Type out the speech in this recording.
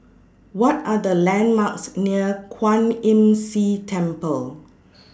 What Are The landmarks near Kwan Imm See Temple